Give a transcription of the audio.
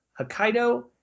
Hokkaido